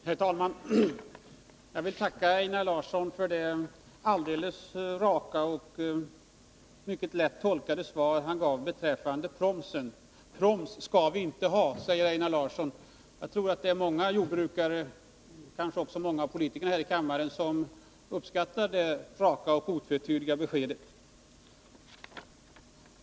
Herr talman! Jag vill tacka Einar Larsson för det raka och mycket lätt tolkade svar han gav beträffande promsen. Proms skall vi inte ha, säger Einar Larsson. Jag tror att det är många jordbrukare, kanske också många av politikerna här i kammaren, som uppskattar det raka och otvetydiga beskedet.